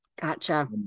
Gotcha